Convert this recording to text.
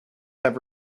have